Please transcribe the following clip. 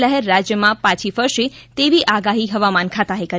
લહેર રાજ્યમાં પછી ફરશે તેવી આગાહી હવામાન ખાતાએ કરી